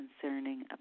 concerning